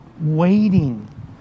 waiting